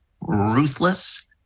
ruthless